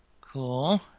Cool